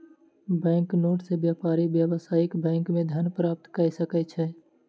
bank note सॅ व्यापारी व्यावसायिक बैंक मे धन प्राप्त कय सकै छै